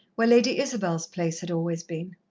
where lady isabel's place had always been.